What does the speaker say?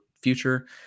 future